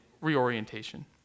reorientation